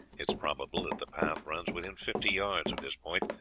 it is probable that the path runs within fifty yards of this point,